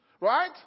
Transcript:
Right